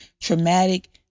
traumatic